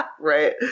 right